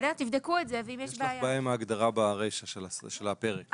יש לך בעיה עם ההגדרה ברישה של הפרק.